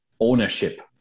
ownership